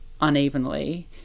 unevenly